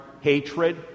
hatred